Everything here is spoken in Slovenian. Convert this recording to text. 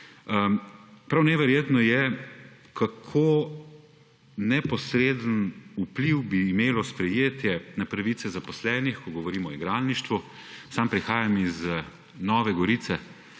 Prav neverjetno je, kako neposreden vpliv bi imelo sprejetje na pravice zaposlenih, ko govorimo o igralništvu. Sam prihajam iz Nove Gorice,